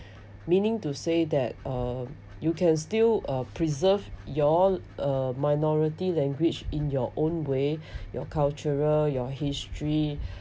meaning to say that uh you can still uh preserve y'all uh minority language in your own way your cultural your history